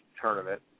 tournament